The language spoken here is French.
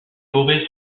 forêts